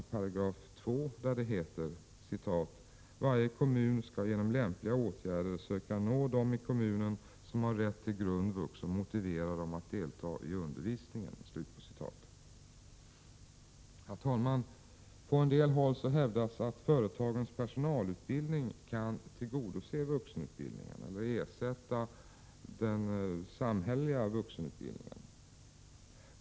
I denna paragraf står det: Varje kommun skall genom lämpliga åtgärder söka nå dem i kommunen som har rätt till grundvux och motivera dem att delta i undervisningen. Herr talman! På en del håll hävdas att företagens personalutbildning kan tillgodose behovet av vuxenutbildning eller ersätta den samhälleliga vuxenutbildningen.